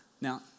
Now